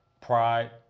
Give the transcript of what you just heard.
pride